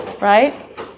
right